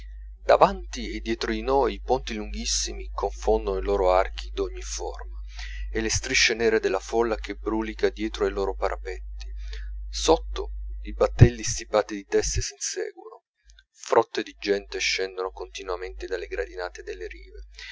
davanti e dietro di noi i ponti lunghissimi confondono i loro archi d'ogni forma e le strisce nere della folla che brulica dietro ai loro parapetti sotto i battelli stipati di teste s'inseguono frotte di gente scendono continuamente dalle gradinate delle rive